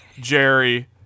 Jerry